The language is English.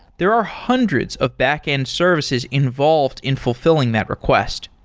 there are hundreds of backend services involved in fulfilling that request.